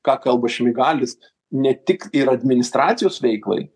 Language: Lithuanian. ką kalba šmigalis ne tik ir administracijos veiklai